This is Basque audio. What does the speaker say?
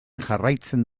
jarraitzen